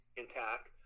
intact